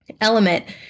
element